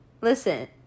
Listen